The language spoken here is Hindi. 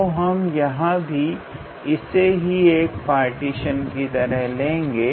तो हम यहां भी इसे ही एक पार्टीशन की तरह लेंगे